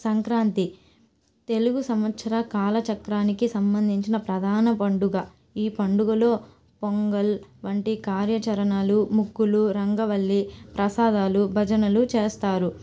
సంక్రాంతి తెలుగు సంవత్సర కాలచక్రానికి సంబంధించిన ప్రధాన పండుగ ఈ పండుగలో పొంగల్ వంటి కార్యచరణాలు ముగ్గులు రంగవల్లి ప్రసారాలు భజనలు చేస్తారు